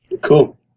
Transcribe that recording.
Cool